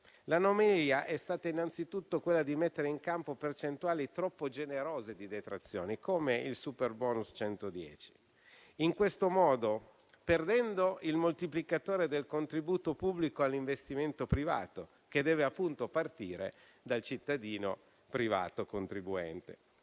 L'anomalia è stata innanzitutto quella di mettere in campo percentuali troppo generose di detrazioni, come il superbonus 110, in questo modo perdendo il moltiplicatore del contributo pubblico all'investimento privato, che deve appunto partire dal cittadino privato contribuente.